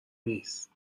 نیست